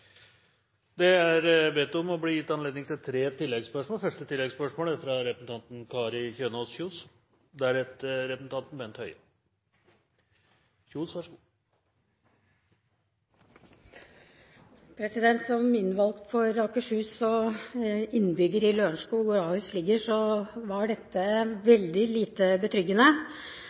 Det blir gitt anledning til tre oppfølgingsspørsmål – først Kari Kjønaas Kjos. Som innvalgt for Akershus og innbygger i Lørenskog, hvor Ahus ligger, var dette veldig lite betryggende.